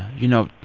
you know,